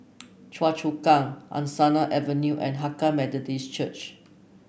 Choa Chu Kang Angsana Avenue and Hakka Methodist Church